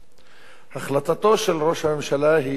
החלטתו של ראש הממשלה היא החלטה,